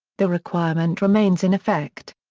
the requirement remains in effect.